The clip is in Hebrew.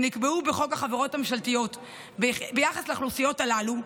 שנקבעו בחוק החברות הממשלתיות ביחס לאוכלוסיות הללו,